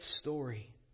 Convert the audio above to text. story